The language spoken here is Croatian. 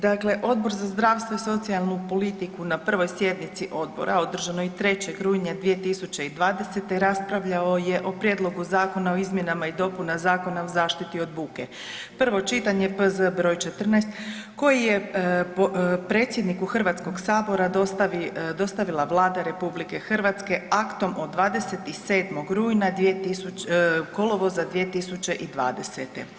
Dakle, Odbor za zdravstvo i socijalnu politiku na prvoj sjednici odbora održanoj 3. rujna 2020. raspravljao je o Prijedlogu Zakona o izmjenama i dopunama Zakona o zaštiti od buke, prvo čitanje, P.Z.E. broj 14 koji je predsjedniku Hrvatskog sabora dostavila Vlada RH aktom od 27. rujna, kolovoza 2020.